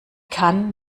kann